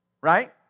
Right